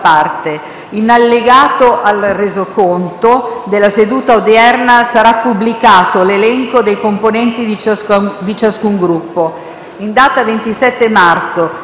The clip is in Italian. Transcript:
In allegato al Resoconto della seduta odierna sarà pubblicato l’elenco dei componenti di ciascun Gruppo. In data 27 marzo